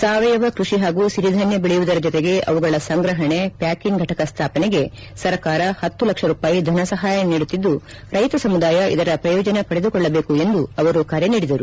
ಸಾವಯವ ಕೃಷಿ ಹಾಗೂ ಸಿರಿಧಾನ್ಯ ಬೆಳೆಯುವುದರ ಜತೆಗೆ ಅವುಗಳ ಸಂಗ್ರಪಣೆ ಪ್ಯಾಕಿಂಗ್ ಘಟಕ ಸ್ಥಾಪನೆಗೆ ಸರ್ಕಾರ ಪತ್ತು ಲಕ್ಷ ರೂಪಾಯಿ ಧನಸಹಾಯ ನೀಡುತ್ತಿದ್ದು ರೈತ ಸಮುದಾಯ ಇದರ ಪ್ರಯೋಜನ ಪಡೆದುಕೊಳ್ಳಬೇಕು ಎಂದು ಕರೆ ನೀಡಿದರು